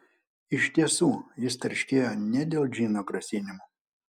iš tiesų jis tarškėjo ne dėl džino grasinimų